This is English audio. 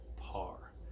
par